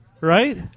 right